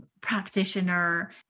practitioner